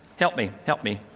help me. help me.